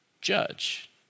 judge